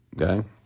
Okay